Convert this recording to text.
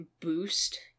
boost